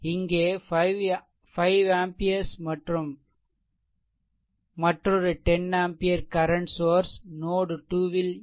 இங்கே 5 ஆம்பியர்ஸ் மற்றும் மற்றொரு 10 ஆம்பியர் கரண்ட் சோர்ஸ் நோட் 2 இல் உள்ளது